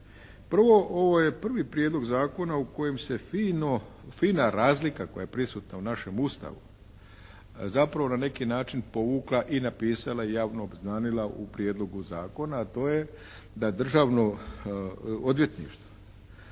Prvo, ovo je prvi Prijedlog zakona u kojem se fina razlika koja je prisutna u našem Ustavu zapravo na neki način povukla i napisala i javno obznanila u Prijedlogu zakona, a to je da Državno odvjetništvo